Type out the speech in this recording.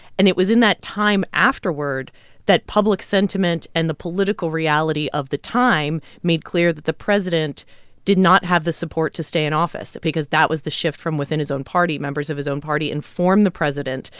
and it was in that time afterword that public sentiment and the political reality of the time made clear that the president did not have the support to stay in office because that was the shift from within his own party. members of his own party informed the president,